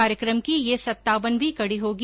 कार्यक्रम की यह सत्तावन वीं कड़ी होगी